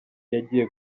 yagiye